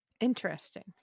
Interesting